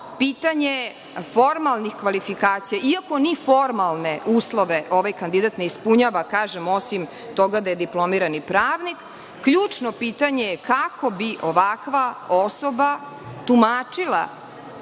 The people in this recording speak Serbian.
pitanje formalnih kvalifikacija, iako ni formalne uslove ovaj kandidat ne ispunjava, kažem, osim toga da je diplomirani pravnik. Ključno pitanje je kako bi ovakva osoba tumačila